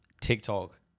TikTok